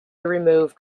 removed